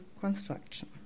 construction